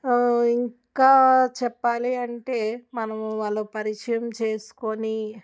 ఇంకా చెప్పాలి అంటే మనము వాళ్ళకు పరిచయం చేసుకొని